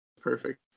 Perfect